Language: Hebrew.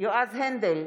יועז הנדל,